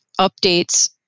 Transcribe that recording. updates